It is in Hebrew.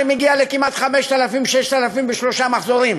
שמגיע כמעט ל-5,000 6,000 בשלושה מחזורים.